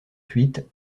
cuite